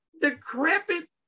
decrepit